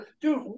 dude